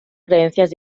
creencias